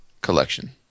collection